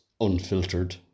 unfiltered